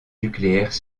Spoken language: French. nucléaire